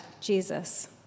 Jesus